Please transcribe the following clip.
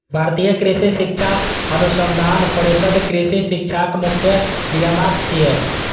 भारतीय कृषि शिक्षा अनुसंधान परिषद कृषि शिक्षाक मुख्य नियामक छियै